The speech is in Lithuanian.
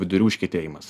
vidurių užkietėjimas